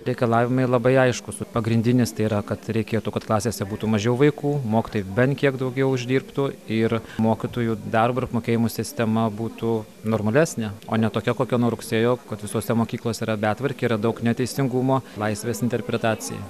reikalavimai labai aiškūs pagrindinis tai yra kad reikėtų kad klasėse būtų mažiau vaikų mokytojai bent kiek daugiau uždirbtų ir mokytojų darbo apmokėjimo sistema būtų normalesnė o ne tokia kokia nuo rugsėjo kad visose mokyklose yra betvarkė yra daug neteisingumo laisvės interpretacijai